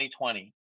2020